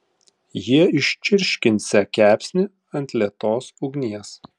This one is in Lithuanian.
jie iščirškinsią kepsnį ant lėtos ugnies